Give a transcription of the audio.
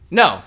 no